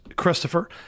christopher